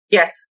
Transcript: yes